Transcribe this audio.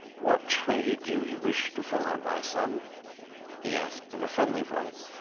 what trade do you wish to follow, my son he asked in a friendly voice,